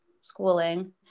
schooling